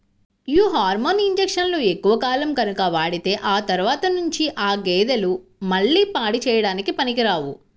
యీ హార్మోన్ ఇంజక్షన్లు ఎక్కువ కాలం గనక వాడితే ఆ తర్వాత నుంచి ఆ గేదెలు మళ్ళీ పాడి చేయడానికి పనికిరావు